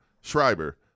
Schreiber